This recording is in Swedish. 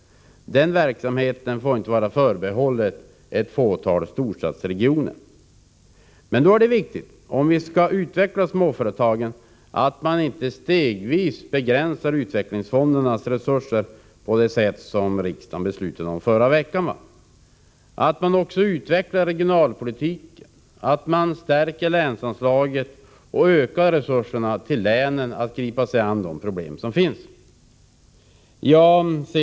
Sådana verksamheter får inte vara förbehållna ett fåtal storstadsregioner. Om man skall utveckla småföretagen är det viktigt att man inte stegvis begränsar utvecklingsfondernas resurser på det sätt som riksdagen beslutade om så sent som förra veckan. Det är också viktigt att utveckla regionalpolitiken, öka länsanslaget och stärka länens möjligheter att gripa sig an de problem som finns.